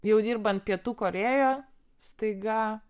jau dirbant pietų korėjoj staiga